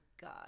god